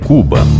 Cuba